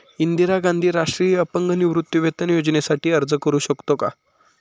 इंदिरा गांधी राष्ट्रीय अपंग निवृत्तीवेतन योजनेसाठी अर्ज करू शकतो का?